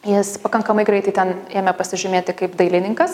jis pakankamai greitai ten ėmė pasižymėti kaip dailininkas